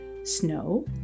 Snow